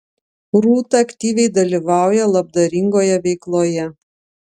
rūta aktyviai dalyvauja labdaringoje veikloje